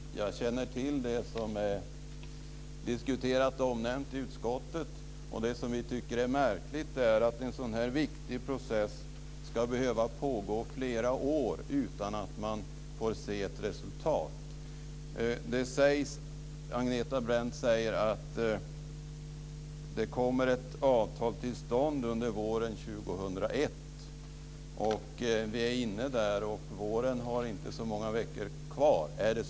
Fru talman! Jag känner till det som är diskuterat och omnämnt i utskottet. Det som vi tycker är märkligt är att en sådan viktig process ska behöva pågå flera år utan att man får se ett resultat. Agneta Brendt säger att det kommer ett avtal till stånd under våren 2001. Vi är nu där, och våren har inte så många veckor kvar.